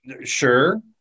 sure